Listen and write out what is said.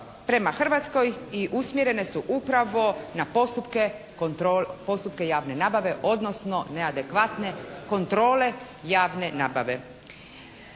prema Hrvatskoj i usmjerene su upravo na postupke javne nabave odnosno neadekvatne kontrole javne nabave.